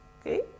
okay